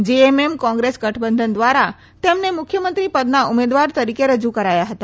JMM Congress ગઠબંધન ધ્વારા તેમને મુખ્યમંત્રી પદના ઉમેદવાર તરીકે રજુ કરાયા હતા